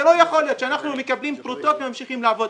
לא יכול להיות שאנחנו מקבלים פרוטות וממשיכים לעבוד.